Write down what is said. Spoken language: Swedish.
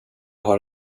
har